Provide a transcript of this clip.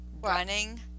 Running